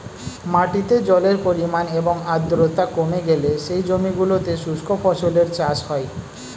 মাটিতে জলের পরিমাণ এবং আর্দ্রতা কমে গেলে সেই জমিগুলোতে শুষ্ক ফসলের চাষ হয়